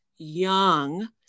young